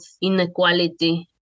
inequality